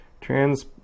Trans